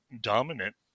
dominant